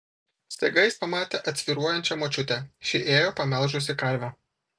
staiga jis pamatė atsvyruojančią močiutę ši ėjo pamelžusi karvę